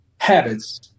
habits